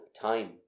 time